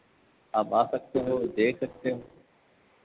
आप आ सकते हो देख सकते हो